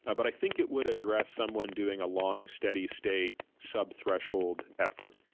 ah but i think it would address someone doing a long, steady state subthreshold effort.